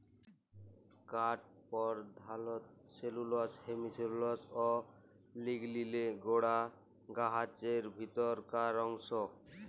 কাঠ পরধালত cellulose, hemicellulose অ লিগলিলে গড়া গাহাচের ভিতরকার অংশ